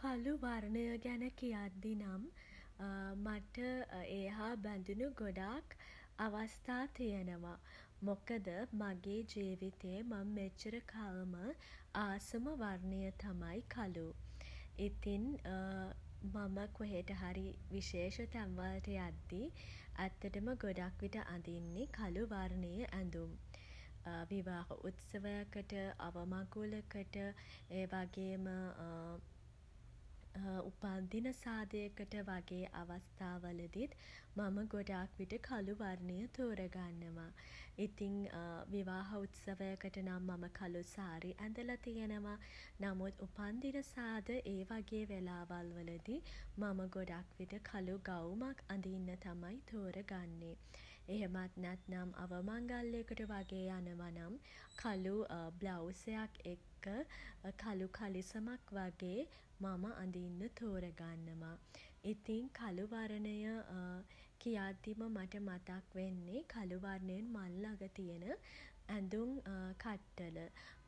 කළු වර්ණය ගැන කියද්දී නම් මට ඒ හා බැඳුණු ගොඩක් අවස්ථා තියෙනව. මොකද මගේ ජීවිතේ මම මෙච්චර කල්ම ආසම වර්ණය තමයි කළු. ඉතිං මම කොහෙට හරි විශේෂ තැන් වලට යද්දී ඇත්තටම ගොඩක් විට අදින්නේ කළු වර්ණයේ ඇඳුම්. විවාහ උත්සවයකට අවමගුලකට ඒ වගේම උපන් දින සාදයකට වගේ අවස්ථා වලදීත් මම ගොඩක් විට කළු වර්ණය තෝරා ගන්නවා. ඉතින් විවාහ උත්සවයකට නම් මම කළු සාරි ඇඳලා තියෙනවා. නමුත් උපන්දින සාද ඒ වගේ වෙලාවල්වලදී මම ගොඩක් විට කලු ගවුමක් අඳින්න තමයි තෝර ගන්නේ. එහෙමත් නැත්නම් අවමංගල්‍යකට වගේ යනවා නම් කළු බ්ලවුසයක් එක්කම කළු කලිසමක් වගේ මම අඳින්න තෝරගන්නවා. ඉතින් කළු වර්ණය කියද්දිම මට මතක් වෙන්නේ කළු වර්ණයෙන් මං ළඟ තියෙන ඇඳුම් කට්ටල.